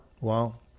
Wow